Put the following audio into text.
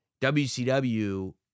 WCW